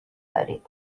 دارید